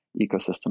ecosystem